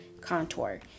contour